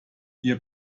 ihr